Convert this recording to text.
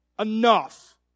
enough